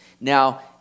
Now